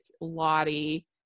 Lottie